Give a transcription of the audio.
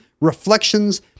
reflections